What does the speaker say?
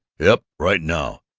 yep. right now.